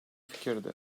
fikirde